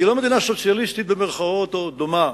היא לא מדינה סוציאליסטית, במירכאות, או דומה